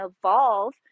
evolve